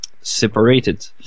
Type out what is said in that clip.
separated